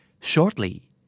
Shortly